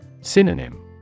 Synonym